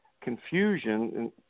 confusion